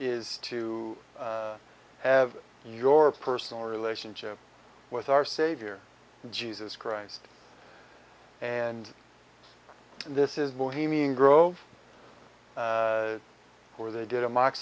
is to have your personal relationship with our savior jesus christ and this is bohemian grove where they did a mock